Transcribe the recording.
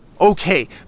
Okay